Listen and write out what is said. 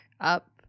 up